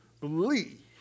believe